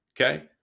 Okay